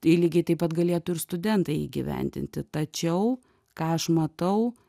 lygiai taip pat galėtų ir studentai įgyvendinti tačiau ką aš matau